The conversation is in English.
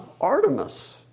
Artemis